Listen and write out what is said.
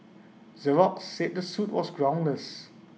Xerox said the suit was groundless